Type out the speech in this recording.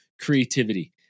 creativity